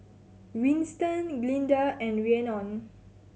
Winston Glynda and Rhiannon